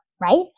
right